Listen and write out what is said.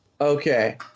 Okay